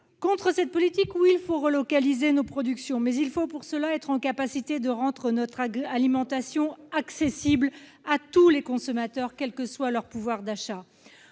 Contre cette politique, oui, il faut relocaliser nos productions, mais il faut pour cela être en capacité de rendre notre alimentation accessible à tous les consommateurs, quel que soit leur pouvoir d'achat.